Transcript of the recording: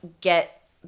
get